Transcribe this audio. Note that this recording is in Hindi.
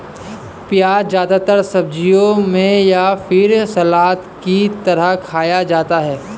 प्याज़ ज्यादातर सब्जियों में या फिर सलाद की तरह खाया जाता है